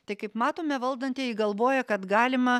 tai kaip matome valdantieji galvoja kad galima